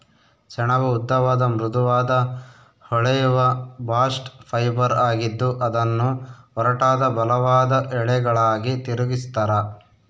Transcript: ಸೆಣಬು ಉದ್ದವಾದ ಮೃದುವಾದ ಹೊಳೆಯುವ ಬಾಸ್ಟ್ ಫೈಬರ್ ಆಗಿದ್ದು ಅದನ್ನು ಒರಟಾದ ಬಲವಾದ ಎಳೆಗಳಾಗಿ ತಿರುಗಿಸ್ತರ